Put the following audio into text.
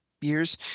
years